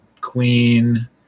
Queen